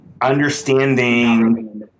understanding